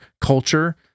culture